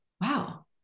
wow